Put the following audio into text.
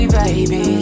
baby